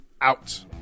out